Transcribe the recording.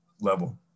level